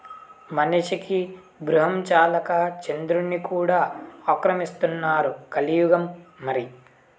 మనిషికి బూగ్రహం చాలక చంద్రుడ్ని కూడా ఆక్రమిస్తున్నారు కలియుగం మరి